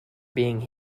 being